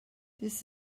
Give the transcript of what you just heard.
this